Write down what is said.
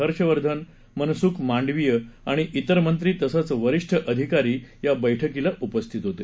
हर्षवर्धन मनसुख मांडविय आणि तिर मंत्री तसंच वरीष्ठ अधिकारी या बैठकीला उपस्थित होते